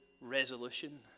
resolution